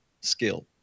skill